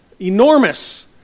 enormous